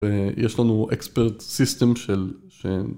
ויש לנו אקספרט סיסטם של...